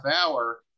hour